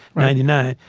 ninety nine.